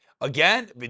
again